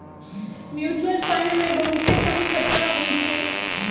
mutual fund मे बहुते कम खतरा होइ छइ